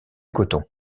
coton